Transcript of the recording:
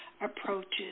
approaches